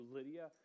Lydia